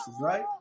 right